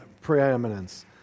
preeminence